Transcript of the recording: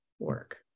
Work